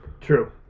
True